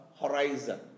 horizon